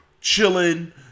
chilling